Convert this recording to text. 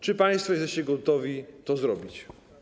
Czy państwo jesteście gotowi to zrobić?